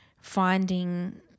finding